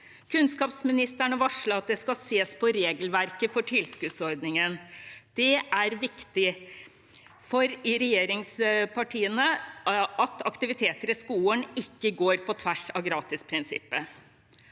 Kunnskapsministeren har varslet at man skal se på regelverket for tilskuddsordningen. Det er viktig for regjeringspartiene at aktiviteter i skolen ikke går på tvers av gratisprinsippet.